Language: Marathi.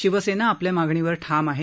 शिवसेना आपल्या मागणीवर ठाम आहे